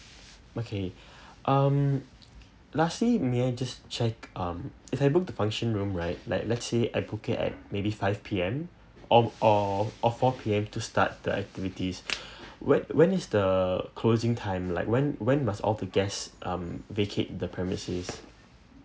okay um lastly may I just check um if I book the function room right like let's say I book it at maybe five P_M or or or four P_M to start the activities when when is the closing time like when when must all the guest um vacate the premises